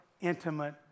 intimate